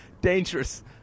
dangerous